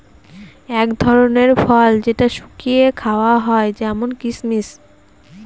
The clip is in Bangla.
এক ধরনের ফল যেটা শুকিয়ে খাওয়া হয় যেমন কিসমিস